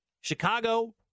Chicago